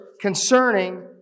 concerning